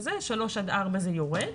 ושלוש עד ארבע זה יורד,